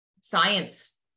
science